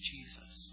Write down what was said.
Jesus